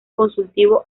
consultivo